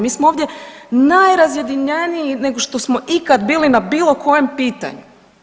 Mi smo ovdje najrazjedinjeniji nego što smo ikad bili na bilo kojem pitanju.